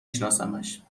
شناسمش